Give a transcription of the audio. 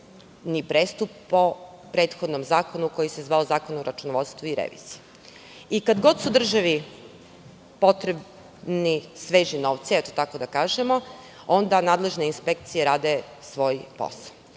prestup po prethodnom zakonu koji se zvao Zakon o računovodstvu i reviziji. Kad god su državi potrebni sveži novci, tako da kažemo, onda nadležne inspekcije rade svoj posao,